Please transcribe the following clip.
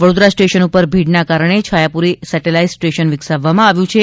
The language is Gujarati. વડોદરા સ્ટેશન પર ભીડના કારણે છાયાપુરી સેટેલાઇટ સ્ટેશન વિકસાવવામાં આવ્યું છે